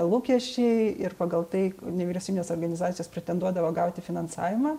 lūkesčiai ir pagal tai nevyriausybinės organizacijos pretenduodavo gauti finansavimą